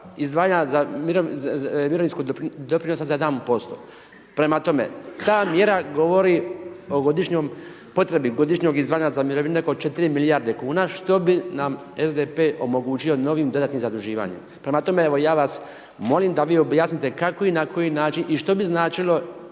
izdvajanja za mirovinsku doprinosa za …/Govornik se ne razumije./… prema tome, ta mjera govori o godišnjoj potrebi, godišnjem izdvajanja mirovine, oko 4 milijarde kn, što bi nam SDP omogućio novim dodatnim zaduživanjem. Prema tome, evo, ja vas molim da vi objasnite kako i na koji način i što bi značilo